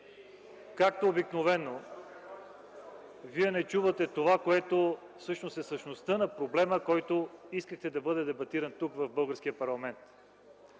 както обикновено Вие не чувате това, което е същността на проблема, който искахте да бъде дебатиран тук, в българския парламент.